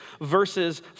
verses